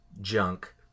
junk